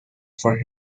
for